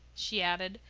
she added,